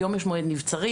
היום יש מועד נבצרים.